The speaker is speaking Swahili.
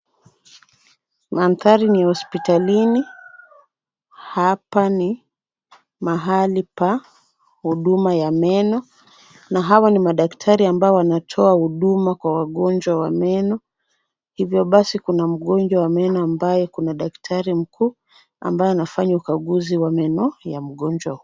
Mandhari ni ya hospitalini. Hapa ni mahali pa huduma ya meno na hawa ni madaktari ambao wanatoa huduma kwa wagonjwa wa meno. Hivyo basi kuna mgonjwa wa meno ambaye kuna daktari mkuu ambaye anafanya ukaguzi wa meno ya mgonjwa.